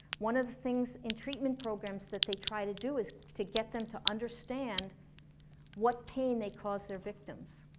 one of the things in treatment programs that they try to do is to get them to understand what pain they cause their victims.